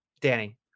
Danny